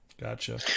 gotcha